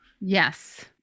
yes